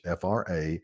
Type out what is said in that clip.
FRA